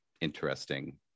interesting